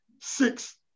six